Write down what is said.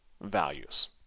values